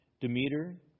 Demeter